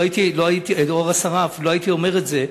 לא הייתי אומר את זה,